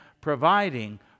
providing